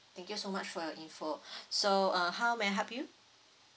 thank you so much for your info so uh how may I help you